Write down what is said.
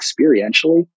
experientially